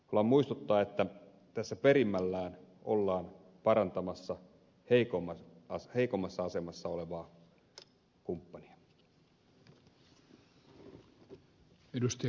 haluan muistuttaa että tässä perimmillään ollaan parantamassa heikommassa asemassa olevan kumppanin asemaa